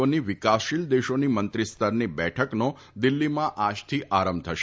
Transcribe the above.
ઓની વિકાસશીલ દેશોની મંત્રીસ્તરની બેઠકનો દિલ્ફીમાં આજથી પ્રારંભ થશે